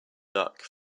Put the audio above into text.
luck